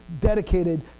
dedicated